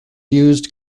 used